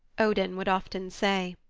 odin would often say.